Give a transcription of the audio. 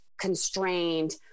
constrained